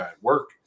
work